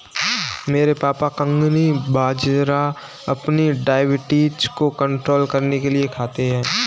मेरे पापा कंगनी बाजरा अपनी डायबिटीज को कंट्रोल करने के लिए खाते हैं